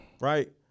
Right